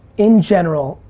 in general,